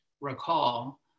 recall